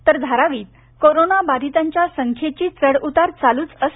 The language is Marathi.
तर धारावीत कोरोनाबाधितांच्या संख्येचा चढ उतार चालूच आहे